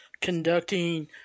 conducting